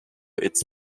its